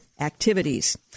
activities